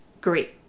great